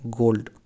gold